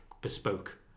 bespoke